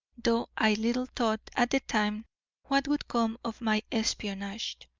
though i little thought at the time what would come of my espionage.